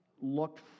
looked